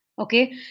okay